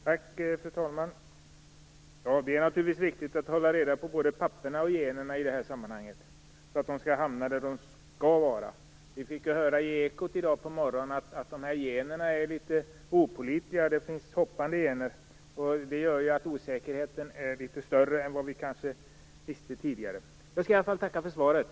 Fru talman! Det är naturligtvis viktigt att hålla reda på både papperna och generna i det här sammanhanget, så att de hamnar där de skall vara. Vi fick höra i Ekot i dag på morgonen att generna är litet opålitliga. Det finns hoppande gener. Det gör kanske att osäkerheten är litet större än tidigare. Jag skall i alla fall tacka för svaret.